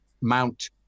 Mount